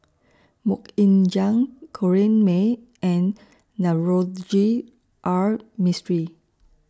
Mok Ying Jang Corrinne May and Navroji R Mistri